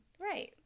Right